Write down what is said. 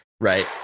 right